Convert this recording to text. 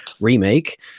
remake